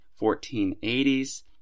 1480s